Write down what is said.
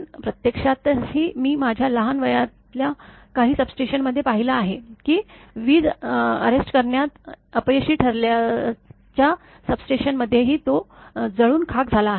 पण प्रत्यक्षातही मी माझ्या लहान वयातल्या काही सबस्टेशनमध्ये पाहिलं आहे की वीज अटक करण्यात अपयशी ठरल्याच्या सबस्टेशनमध्येही तो जळून खाक झाला